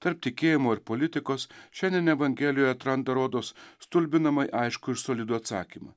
tarp tikėjimo ir politikos šiandien evangelijoj atranda rodos stulbinamai aiškų ir solidų atsakymą